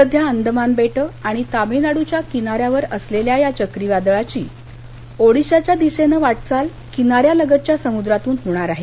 सध्या अंदमान बेट आणि तामिळनाडूच्या किनाऱ्यावर असलेल्या या चक्री वादळाची ओडीशाच्या दिशेनं वाटचाल किनाऱ्यालगतच्या समुद्रातून होणार आहे